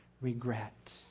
regret